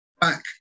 back